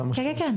כן, כן.